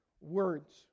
words